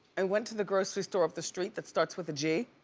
i went to the grocery store up the street that starts with a g.